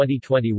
2021